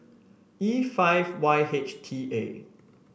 E five Y H T A